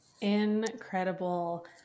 Incredible